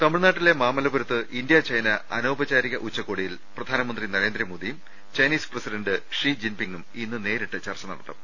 തമിഴ്നാട്ടിലെ മാമല്ലപുരത്ത് India China അനൌപചാരിക ഉച്ചകോടി യിൽ പ്രധാനമന്ത്രി നരേന്ദ്രമോദിയും ചൈനീസ് പ്രസിഡന്റ് ഷീ ജിൻ പിങും ഇന്ന് നേരിട്ട് ചർച്ച നടത്തും